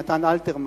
נתן אלתרמן,